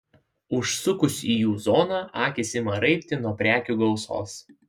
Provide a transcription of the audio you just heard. užsukus į jų zoną akys ima raibti nuo prekių gausos